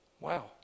wow